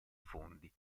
fondi